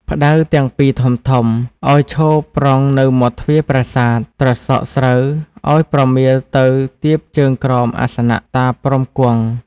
ផ្តៅទាំងពីរធំៗ ឱ្យឈរប្រុងនៅមាត់ទ្វារប្រាសាទ ត្រសក់ ស្រូវឱ្យប្រមៀលទៅទៀបជើងក្រោមអាសនៈតាព្រហ្មគង់។